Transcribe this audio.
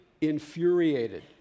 infuriated